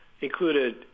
included